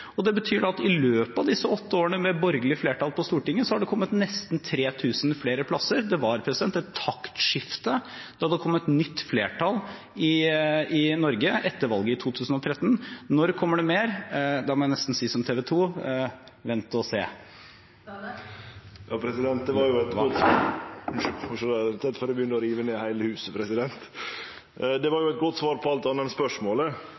og i reviderte budsjetter. Det betyr at i løpet av disse åtte årene med borgerlig flertall på Stortinget har det kommet nesten 3 000 flere plasser. Det var et taktskifte da det kom et nytt flertall i Norge etter valget i 2013. Når kommer det mer? Da må jeg nesten si som TV 2: Vent og se! Det var jo eit godt svar – på alt anna enn spørsmålet. For